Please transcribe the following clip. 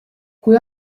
kui